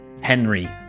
Henry